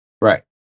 Right